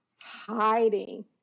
hiding